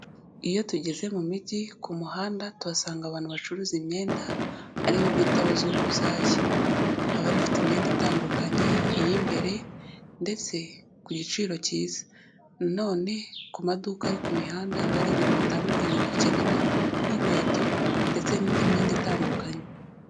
Iyo tugeze mu mijyi ku muhanda tuhasanga abantu bacuruza imyenda ari bo bita abazunguzayi baba barifite imyenda itandukanye iy'imbere ndetse ku giciro cyiza, nanone ku maduka ari ku mihanda haba hari ibintu bitandukanye dukenera nk'inkweto ndetse n'indi myenda itandukanye.